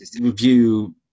review